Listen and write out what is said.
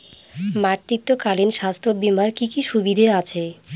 মাতৃত্বকালীন স্বাস্থ্য বীমার কি কি সুবিধে আছে?